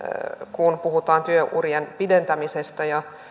kun puhutaan työurien pidentämisestä